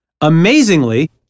Amazingly